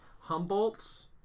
Humboldt's